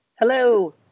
Hello